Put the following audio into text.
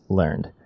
learned